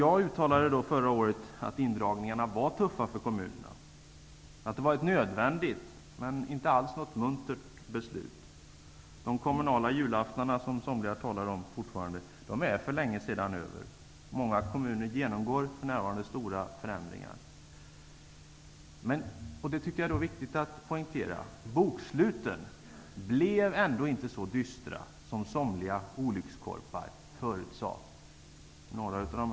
Jag uttalade förra året att indragningarna var tuffa för kommunerna, att det var ett nödvändigt men inte alls muntert beslut. De kommunala julaftnarna som somliga fortfarande talar om är för länge sedan över. Många kommuner genomgår för närvarande stora förändringar. Men boksluten blev ändå inte så dystra som somliga olyckskorpar förutsade, och det är viktigt att poängtera.